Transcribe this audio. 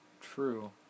true